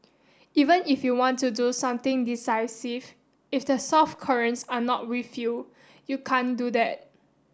even if you want to do something decisive if the South Koreans are not with you you can't do that